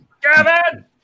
Gavin